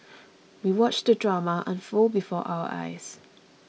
we watched the drama unfold before our eyes